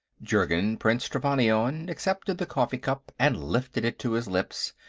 jurgen, prince trevannion, accepted the coffee cup and lifted it to his lips,